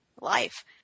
life